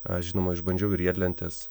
aš žinoma išbandžiau riedlentes